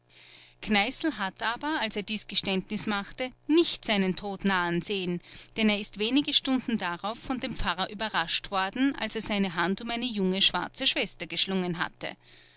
kneißl hat aber als er dies geständnis machte nicht seinen tod nahen sehen denn er ist wenige stunden darauf von dem pfarrer überrascht worden als er seine hand um eine junge schwarze schwester geschlungen hatte